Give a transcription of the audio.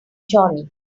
johnny